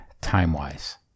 time-wise